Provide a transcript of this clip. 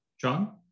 John